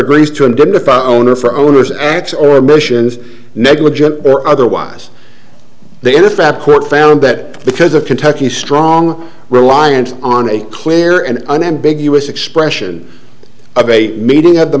agrees to indemnify owner for owner's acts or missions negligent or otherwise they in fact court found that because of kentucky strong reliance on a clear and unambiguous expression of a meeting of the